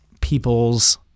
people's